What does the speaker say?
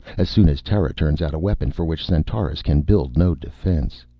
as soon as terra turns out a weapon for which centaurus can build no defense.